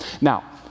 Now